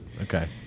okay